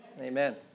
Amen